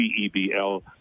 CEBL